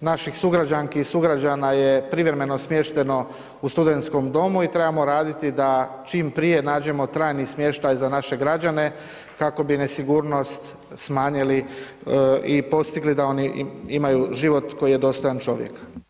naših sugrađanki i sugrađana je privremeno smješteno u studentskom domu i trebamo raditi da čim prije nađemo trajni smještaj za naše građane kako bi nesigurnost smanjili i postigli da oni imaju život koji je dostojan čovjeka.